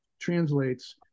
translates